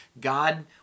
God